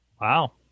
Wow